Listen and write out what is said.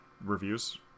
reviews